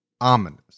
ominous